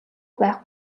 байх